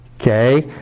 Okay